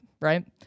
Right